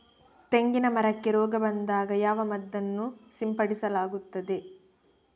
ತೆಂಗಿನ ಮರಕ್ಕೆ ರೋಗ ಬಂದಾಗ ಯಾವ ಮದ್ದನ್ನು ಸಿಂಪಡಿಸಲಾಗುತ್ತದೆ?